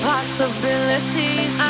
Possibilities